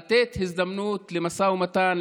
ולתת הזדמנות למשא ומתן,